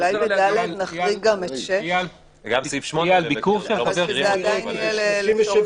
אולי ב-(ד) נחריג גם את 6. זה עדיין יהיה לצורך מילוי תפקידו.